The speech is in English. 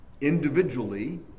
individually